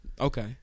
Okay